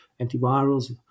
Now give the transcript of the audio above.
antivirals